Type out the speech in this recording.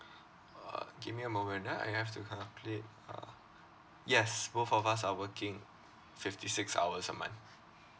uh give me a moment ah I have to calculate uh yes both of us are working fifty six hours a month